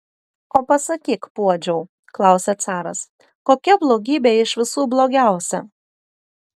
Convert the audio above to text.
o pasakyk puodžiau klausia caras kokia blogybė iš visų blogiausia